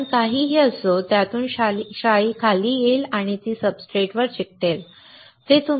pattern काहीही असो त्यातून शाई खाली येईल आणि ती सब्सट्रेट वर चिकटेल